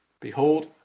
Behold